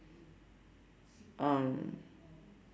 um